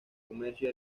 comercio